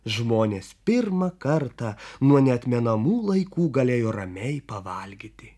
žmonės pirmą kartą nuo neatmenamų laikų galėjo ramiai pavalgyti